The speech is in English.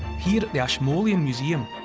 here at the ashmolean museum,